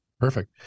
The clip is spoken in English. Perfect